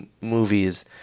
movies